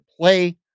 play